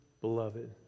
beloved